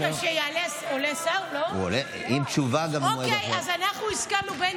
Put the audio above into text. אם התשובה במועד אחר, אוקיי, אז אנחנו הסכמנו.